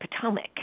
Potomac